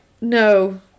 no